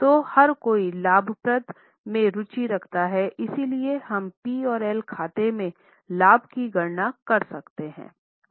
तो हर कोई लाभप्रदता में रुचि रखता है इसलिए हम पी और एल खाते में लाभ की गणना कर सकते हैं